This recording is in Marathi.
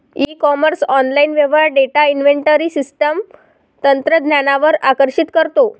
ई कॉमर्स ऑनलाइन व्यवहार डेटा इन्व्हेंटरी सिस्टम तंत्रज्ञानावर आकर्षित करतो